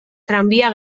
tranbia